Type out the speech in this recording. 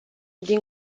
din